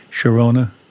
Sharona